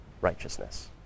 righteousness